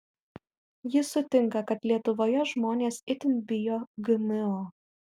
ji sutinka kad lietuvoje žmonės itin bijo gmo